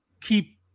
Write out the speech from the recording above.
keep